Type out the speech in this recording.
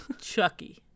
Chucky